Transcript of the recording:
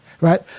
right